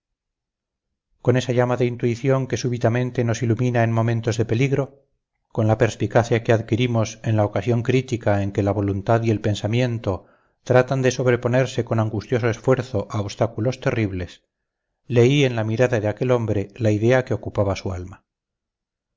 con esa llama de intuición que súbitamente nos ilumina en momentos de peligro con la perspicacia que adquirimos en la ocasión crítica en que la voluntad y el pensamiento tratan de sobreponerse con angustioso esfuerzo a obstáculos terribles leí en la mirada de aquel hombre la idea que ocupaba su alma